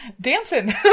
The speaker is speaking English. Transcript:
dancing